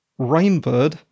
Rainbird